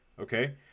Okay